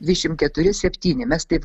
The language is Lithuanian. dvidešimt keturi septyni mes taip